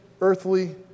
earthly